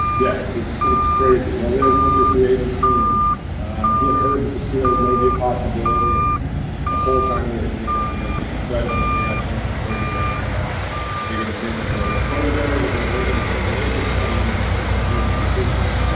yeah. it's it's crazy. you know, they were going through free agency, and he had heard that the steelers may be a possibility. and the whole time, we were thinking, i mean, it would be incredible if they got a chance to play together, and now they get a chance to to play together. they're going to live in the same neighborhood. i mean, it's it's a dream come true for them.